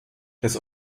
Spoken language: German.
des